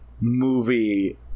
movie